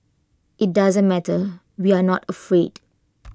IT doesn't matter we are not afraid